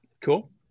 Cool